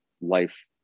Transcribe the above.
life